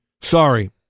Sorry